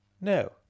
No